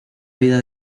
vida